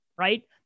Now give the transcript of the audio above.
Right